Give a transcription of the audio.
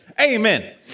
Amen